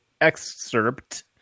excerpt